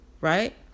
Right